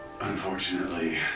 Unfortunately